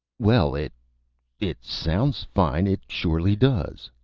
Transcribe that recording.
well, it it sounds fine, it surely does.